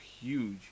huge